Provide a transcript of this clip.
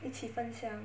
一起分享